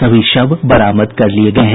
सभी शव बरामद कर लिये गये हैं